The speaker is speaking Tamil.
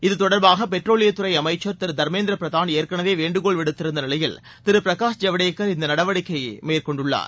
இது தொடர்பாக பெட்ரோலியத்துறை அமைச்சர் திரு தர்மேந்திர பிரதான் ஏற்கனவே வேண்டுகோள் விடுத்திருந்த நிலையில் திரு பிரகாஷ் ஜவடேன் இந்த நடவடிக்கையை மேற்கொண்டுள்ளார்